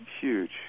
huge